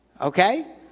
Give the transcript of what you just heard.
okay